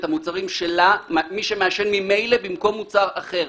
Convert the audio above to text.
המוצרים שלה מי שמעשן ממילא במקום מוצר אחר.